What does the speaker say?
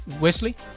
Wesley